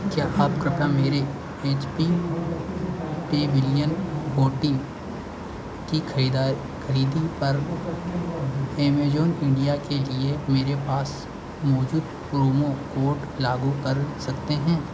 क्या आप कृपया मेरे एच पी पेविलियन फोर्टीन की खरीदा खरीदने पर एमेजॉन इण्डिया के लिए मेरे पास मौजूद प्रोमो कोड लागू कर सकते हैं